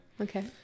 Okay